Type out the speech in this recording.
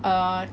err